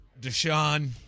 Deshaun